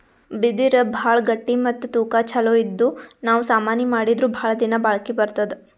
ಬಿದಿರ್ ಭಾಳ್ ಗಟ್ಟಿ ಮತ್ತ್ ತೂಕಾ ಛಲೋ ಇದ್ದು ನಾವ್ ಸಾಮಾನಿ ಮಾಡಿದ್ರು ಭಾಳ್ ದಿನಾ ಬಾಳ್ಕಿ ಬರ್ತದ್